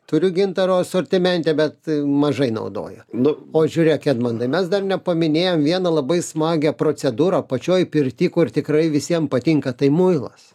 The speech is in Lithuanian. turiu gintaro asortimente bet mažai naudoja nu o žiūrėk edmundai mes dar nepaminėjom vieną labai smagią procedūrą pačioj pirty kur tikrai visiem patinka tai muilas